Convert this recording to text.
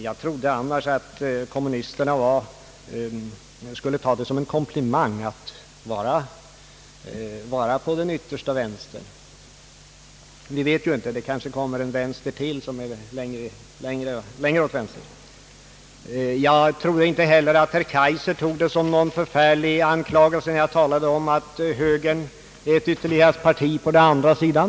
Jag trodde annars att kommunisterna skulle ta det som en komplimang när man säger att de hör hemma på den yttersta vänstern. Kanske kommer det en ny vänster som ligger ännu längre till vänster? Jag tror inte heller att herr Kaijser tar det som en allvarlig anklagelse när högern betecknas som ett flygelparti på andra sidan.